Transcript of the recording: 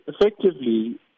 effectively